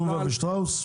תנובה ושטראוס?